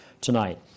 tonight